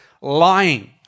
lying